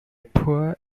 poor